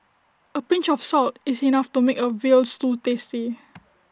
A pinch of salt is enough to make A Veal Stew tasty